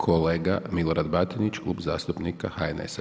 Kolega Milorad Batinić, Klub zastupnika HNS-a.